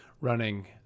running